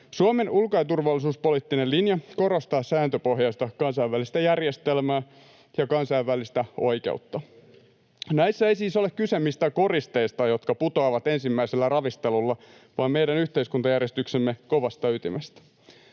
Suomen ulko‑ ja turvallisuuspoliittinen linja korostaa sääntöpohjaista kansainvälistä järjestelmää ja kansainvälistä oikeutta. Näissä ei siis ole kyse mistään koristeista, jotka putoavat ensimmäisellä ravistelulla, vaan meidän yhteiskuntajärjestyksemme kovasta ytimestä.